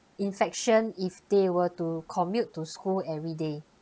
infection if they were to commute to school every day